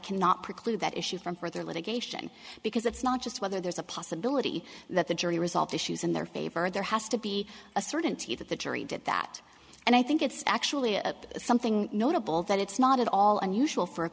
cannot preclude that issue from further litigation because it's not just whether there's a possibility that the jury resolve issues in their favor there has to be a certainty that the jury did that and i think it's actually a something notable that it's not at all unusual for